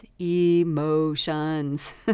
emotions